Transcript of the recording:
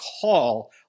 call